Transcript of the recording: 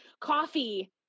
Coffee